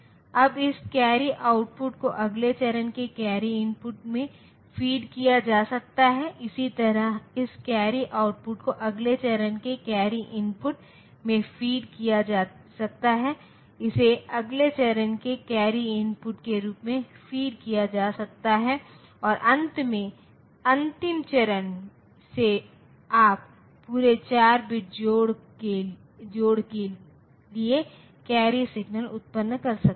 अब इस carry output को अगले चरण के कैरी इनपुट में फीड किया जा सकता है इसी तरह इस कैरी आउटपुट को अगले चरण के कैरी इनपुट में फीड किया जा सकता है इसे अगले चरण के कैरी इनपुट के रूप में फीड किया जा सकता है और अंत में अंतिम चरण से आप पूरे 4 बिट जोड़ के लिए कैरी सिग्नल उत्पन्न कर सकते हैं